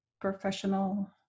professional